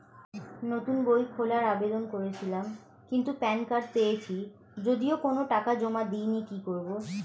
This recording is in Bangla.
নতুন বই খোলার আবেদন করেছিলাম কিন্তু প্যান কার্ড পেয়েছি যদিও কোনো টাকা জমা দিইনি কি করব?